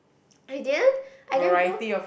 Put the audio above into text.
I didn't I didn't go